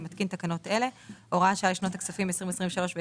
אני מתקין תקנות אלה: הוראת שעה לשנות הכספים 2023 ו-2024.